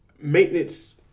maintenance